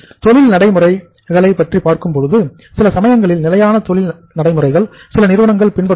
தொழில் நடைமுறைகளைப் பற்றி பார்க்கும் பொழுது சில சமயங்களில் நிலையான தொழில் நடைமுறைகளை சில நிறுவனங்கள் பின்பற்றும்